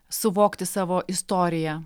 suvokti savo istoriją